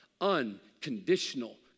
Unconditional